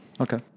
okay